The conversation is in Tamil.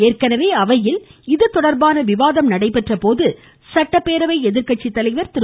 ஏற்கெனவே அவையில் இதுதொடர்பான விவாதம் நடைபெற்ற போது சட்டப்பேரவை எதிர்க்கட்சி தலைவர் திரு